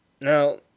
Now